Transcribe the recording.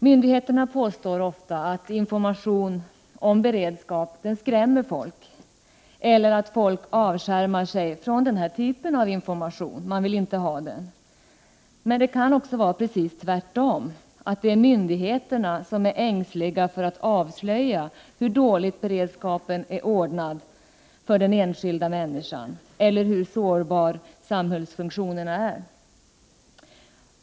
Myndigheterna påstår ofta att information om beredskap skrämmer människor eller att ”folk” avskärmar sig från denna typ av information. Men det kan också vara precis tvärtom — kanske är det myndigheterna som är ängsliga för att avslöja hur dåligt beredskapen är ordnad för den enskilda människan eller hur sårbara samhällsfunktionerna är.